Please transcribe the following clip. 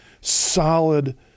solid